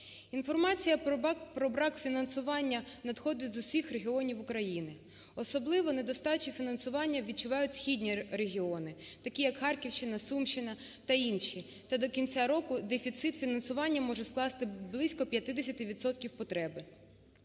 Інформація про брак фінансування надходить з усіх регіонів України. Особливо недостачу фінансування відчувають східні регіони, такі як Харківщина, Сумщина та інші, де до кінця року дефіцит фінансування може скласти близько 50